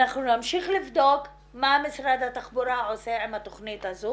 אנחנו נמשיך לבדוק מה משרד התחבורה עושה עם התכנית הזו